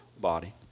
body